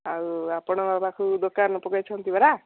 ଆଉ ଆପଣଙ୍କ ପାଖକୁ ଦୋକାନ ପକାଇଛନ୍ତି ପରା